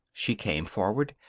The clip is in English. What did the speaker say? she came forward.